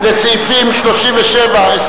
37(22)